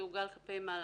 יעוגל כלפי מעלה.